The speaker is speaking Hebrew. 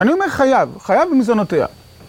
אני אומר "חייב!", חייב מזונותיה.